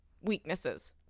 weaknesses